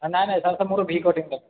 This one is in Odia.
ନାହିଁ ନାହିଁ ମୋର ଭି କଟିଂ ଦରକାର